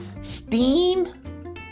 Steam